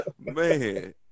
Man